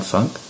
Funk